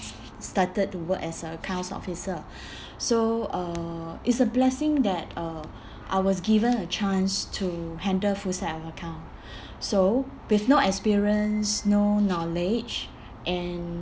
started to work as a accounts officer so uh it's a blessing that uh I was given a chance to handle full set of account so with no experience no knowledge and